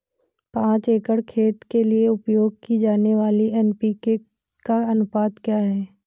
पाँच एकड़ खेत के लिए उपयोग की जाने वाली एन.पी.के का अनुपात क्या है?